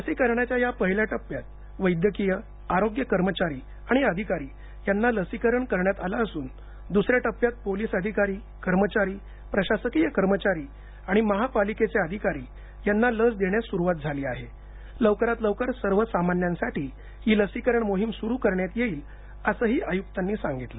लसीकरणाच्या यापहिल्या टप्प्यात वैद्यकीय आरोग्य कर्मचारी आणि अधिकारी यांना लसीकरण करण्यात आलं असून दुसऱ्याटप्यात पोलीस अधिकारी कर्मचारी प्रशासकीय कर्मचारी आणि महापालिकेचे अधिकारी यांना लस देण्यास सुरुवात झाली आहे लवकरात लवकर सर्वसामान्यांसाठी ही लसीकरण मोहीम सुरू करण्यात येईल असंही आयुक्तांनी सांगितलं